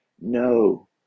No